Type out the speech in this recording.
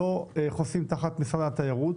לא חוסים תחת משרד התיירות,